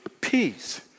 peace